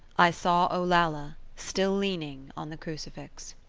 i saw olalla still leaning on the crucifix.